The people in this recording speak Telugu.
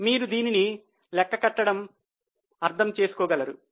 మీరు దీనిని లెక్క కట్టడం అర్థం చేసుకోగలరు